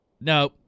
No